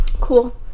Cool